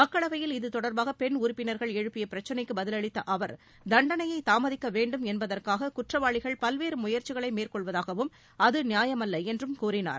மக்களவையில் இதுதொடர்பாக பெண் உறுப்பினர்கள் எழுப்பிய பிரச்னைக்கு பதிலளித்த அவர் தண்டனையை தாமதிக்க வேண்டும் என்பதற்காக குற்றவாளிகள் பல்வேறு முயற்சிகளை மேற்கொள்வதாகவும் அது நியாயமல்ல என்றும் கூறினார்